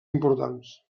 importants